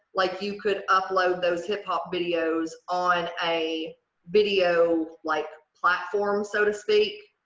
like, you could upload those hip-hop videos on a video like platform so to speak.